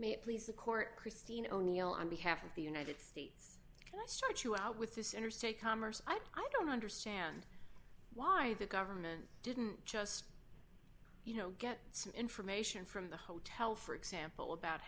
it please the court christine o'neill on behalf of the united states let's start you out with this interstate commerce i don't understand why the government didn't just you know get some information from the hotel for example about